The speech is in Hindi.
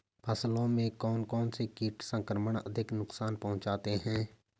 फसलों में कौन कौन से कीट संक्रमण अधिक नुकसान पहुंचाते हैं?